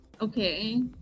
okay